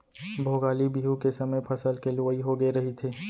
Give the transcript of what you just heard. भोगाली बिहू के समे फसल के लुवई होगे रहिथे